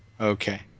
Okay